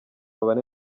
bane